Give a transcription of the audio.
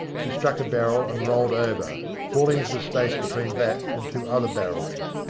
he struck a barrel and rolled over, falling into the space be tween that and two other barrels.